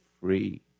free